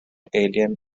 alien